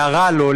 להרע לו,